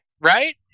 right